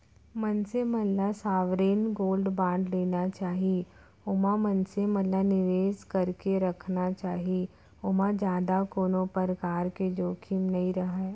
मनसे मन ल सॉवरेन गोल्ड बांड लेना चाही ओमा मनसे मन ल निवेस करके रखना चाही ओमा जादा कोनो परकार के जोखिम नइ रहय